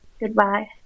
Goodbye